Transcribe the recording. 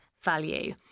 value